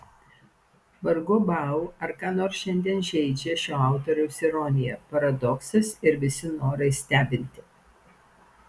vargu bau ar ką nors šiandien žeidžia šio autoriaus ironija paradoksas ir visi norai stebinti